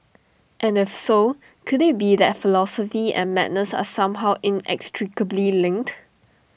and if so could IT be that philosophy and madness are somehow inextricably lint